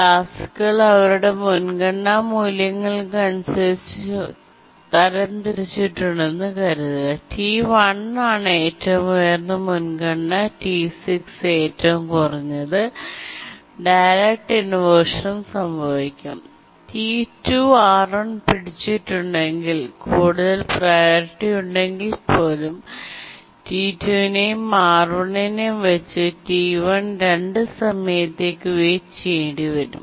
ടാസ്ക്കുകൾ അവരുടെ മുൻഗണനാ മൂല്യങ്ങൾക്കനുസൃതമായി തരംതിരിച്ചിട്ടുണ്ടെന്ന് കരുതുക T1 ആണ് ഏറ്റവും ഉയർന്ന മുൻഗണന T6 ഏറ്റവും കുറഞ്ഞ മുൻഗണനയും ഡയറക്റ്റ് ഇൻവെർഷൻനും സംഭവിക്കാം T2 R1 പിടിച്ചിട്ടുണ്ടെങ്കിൽ കൂടുതൽ പ്രിയോറിറ്റി ഉണ്ടെങ്കിൽ പോലും T2 നെയും R1 നെയും വച്ച് T1 2 സമയത്തേക്കു വെയിറ്റ് ചെയേണ്ടി വരും